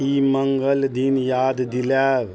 ई मङ्गल दिन याद दिलायब